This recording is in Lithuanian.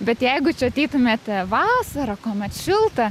bet jeigu čia ateitumėte vasarą kuomet šilta